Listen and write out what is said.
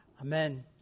Amen